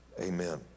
amen